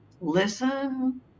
listen